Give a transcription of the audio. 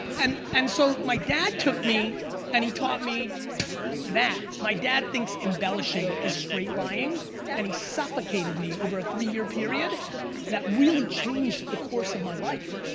and and so my dad took me and he taught me that. my dad thinks embellishing is straight lying and he suffocated me over a three-year period that really changed the course of my life.